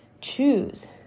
choose